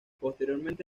posteriormente